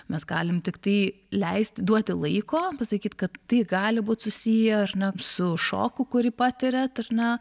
mes galim tiktai leisti duoti laiko pasakyt kad tai gali būt susiję ar na su šoku kurį patiriat ar ne